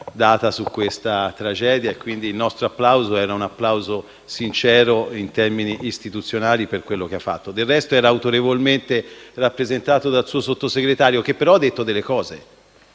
data su questa tragedia; il nostro era un applauso sincero in termini istituzionali per quello che ha fatto. Del resto, era autorevolmente rappresentato dal suo Sottosegretario, che però, signor Ministro,